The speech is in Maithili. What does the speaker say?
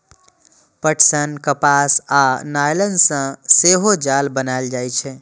पटसन, कपास आ नायलन सं सेहो जाल बनाएल जाइ छै